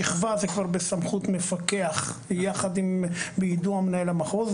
שכבה זה כבר בסמכות מפקח ביידוע מנהל המחוז,